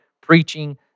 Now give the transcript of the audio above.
preaching